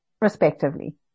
respectively